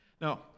Now